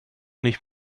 nicht